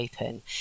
open